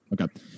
Okay